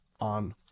on